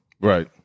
right